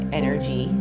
energy